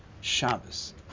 Shabbos